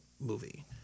movie